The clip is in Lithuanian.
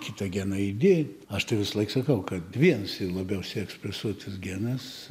kitą geną įdėt aš tai visąlaik sakau kad vienas yr labiausiai ekspresuotas genas